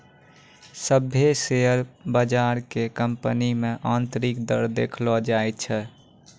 सभ्भे शेयर बजार के कंपनी मे आन्तरिक दर देखैलो जाय छै